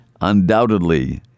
undoubtedly